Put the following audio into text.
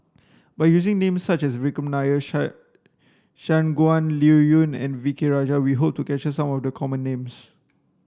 by using name such as Vikram Nair Shangguan Liuyun and V K Rajah we hope to capture some of the common names